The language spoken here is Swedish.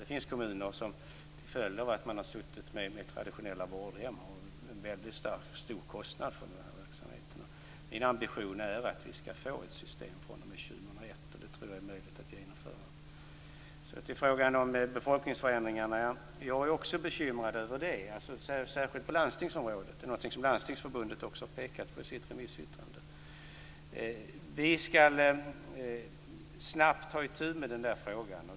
Det finns kommuner som till följd av att man har haft traditionella vårdhem har en väldigt stor kostnad för den här verksamheten. Min ambition är att vi skall få ett system fr.o.m. år 2001. Det tror jag är möjligt att genomföra. Så till frågan om befolkningsförändringarna. Jag är också bekymrad över det, särskilt på landstingsområdet. Det har också Landstingsförbundet pekat på i sitt remissyttrande. Vi skall snabbt ta itu med frågan.